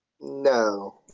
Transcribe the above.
No